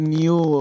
new